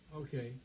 Okay